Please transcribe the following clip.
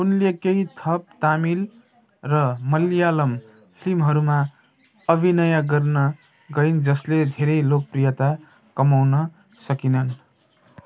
उनले केही थप तामिल र मलायालम फिल्महरूमा अभिनय गर्न गइन् जसले धेरै लोकप्रियता कमाउन सकिनन्